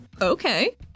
Okay